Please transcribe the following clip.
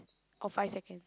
or five seconds